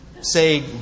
say